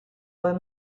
were